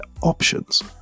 options